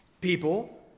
People